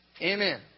Amen